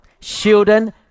children